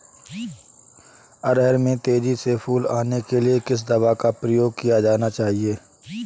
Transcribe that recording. अरहर में तेजी से फूल आने के लिए किस दवा का प्रयोग किया जाना चाहिए?